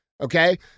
okay